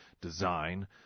design